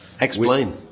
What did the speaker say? Explain